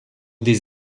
des